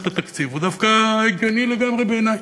התקציב הוא דווקא הגיוני לגמרי בעיני.